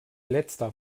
letzter